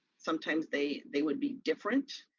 sometimes they they would be different.